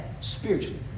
spiritually